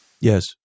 Yes